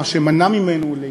מה שמנע ממנו להתנהל,